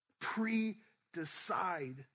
Pre-decide